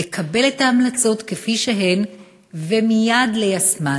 לקבל את ההמלצות כפי שהן ומייד ליישמן.